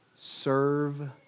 serve